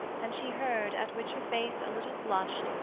and she heard, at which her face a little flushed,